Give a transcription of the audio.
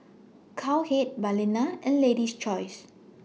Cowhead Balina and Lady's Choice